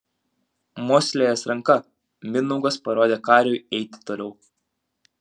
mostelėjęs ranka mindaugas parodė kariui eiti toliau